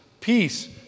Peace